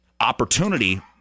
opportunity